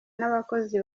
n’abakozi